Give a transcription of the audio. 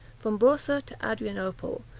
from boursa to adrianople,